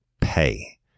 Pay